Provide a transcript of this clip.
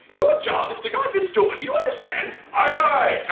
your job is to guard this door, do you understand? aye-aye,